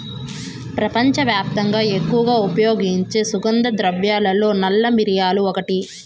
ప్రపంచవ్యాప్తంగా ఎక్కువగా ఉపయోగించే సుగంధ ద్రవ్యాలలో నల్ల మిరియాలు ఒకటి